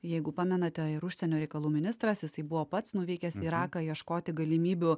jeigu pamenate ir užsienio reikalų ministras jisai buvo pats nuvykęs į iraką ieškoti galimybių